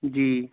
जी